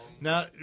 Now